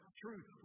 truth